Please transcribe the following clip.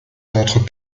montrent